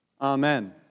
Amen